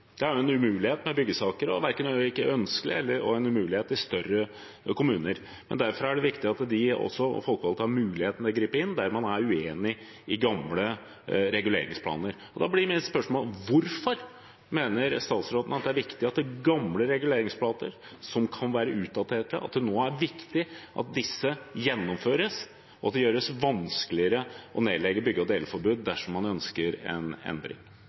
Det er en umulighet med byggesaker og ikke ønskelig og en umulighet i større kommuner. Derfor er det viktig at de folkevalgte også har mulighet til å gripe inn der man er uenig i gamle reguleringsplaner. Da blir mitt spørsmål: Hvorfor mener statsråden det er viktig at gamle reguleringsplaner, som kan være utdaterte, gjennomføres, og at det gjøres vanskeligere å nedlegge bygge- og deleforbud dersom man ønsker en endring?